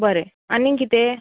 बरें आनी कितें